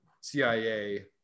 CIA